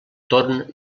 torn